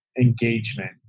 engagement